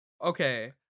okay